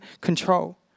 control